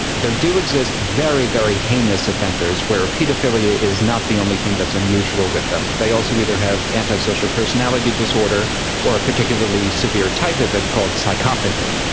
there do exist very, very heinous offenders where paedophilia is not the only thing that's unusual with them, they also either have anti-social personality disorder or a particularly severe type of it called psychopathy.